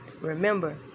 remember